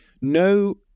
no